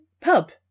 pub